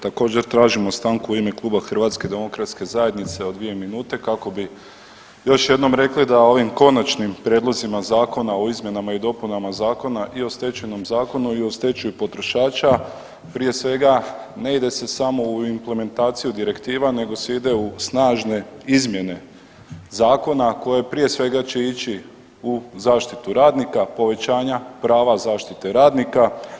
Također tražimo stanku u ime Kluba HDZ-a od dvije minute kako bi još jednom rekli da ovim Konačnim prijedlozima zakona o izmjenama i dopunama Zakona i o Stečajnom zakonu i o stečaju potrošača prije svega ne ide se samo u implementaciju direktiva nego se ide u snažne izmjene zakona koje prije svega će ići u zaštitu radnika i povećanja prava zaštite radnika.